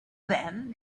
then